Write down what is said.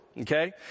Okay